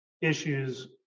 issues